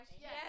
Yes